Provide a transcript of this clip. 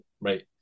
right